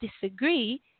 disagree